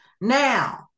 Now